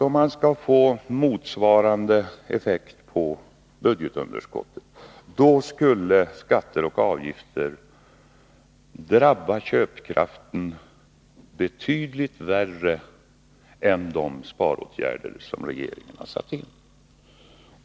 Om man skulle få motsvarande effekt på budgetunderskottet som enligt vår metod med ert förslag skulle skatter och avgifter drabba köpkraften betydligt värre än de sparåtgärder som redan har satts in.